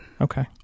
Okay